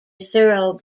thorough